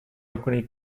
alcuni